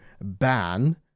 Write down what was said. ban